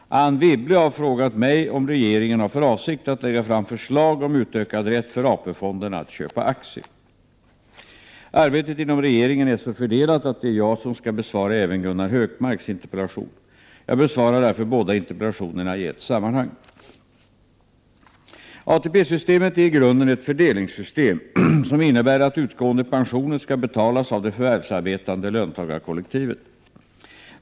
Anne Wibble har frågat mig om regeringen har för avsikt att lägga fram förslag om utökad rätt för AP-fonderna att köpa aktier. Arbetet inom regeringen är så fördelat att det är jag som skall besvara även Gunnar Hökmarks interpellation. Jag besvarar därför båda interpellationerna i ett sammanhang. ATP-systemet är i grunden ett fördelningssystem som innebär att utgående pensioner skall betalas av det förvärvsarbetande löntagarkollektivet.